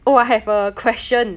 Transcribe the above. you